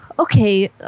okay